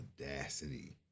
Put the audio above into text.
audacity